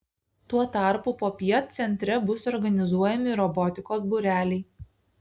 tuo tarpu popiet centre bus organizuojami robotikos būreliai